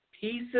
Pieces